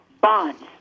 bonds